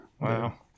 Wow